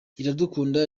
iradukunda